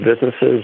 businesses